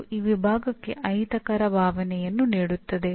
ಅದು ಆ ವಿಭಾಗಕ್ಕೆ ಅಹಿತಕರ ಭಾವನೆಯನ್ನು ನೀಡುತ್ತದೆ